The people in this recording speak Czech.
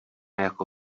jako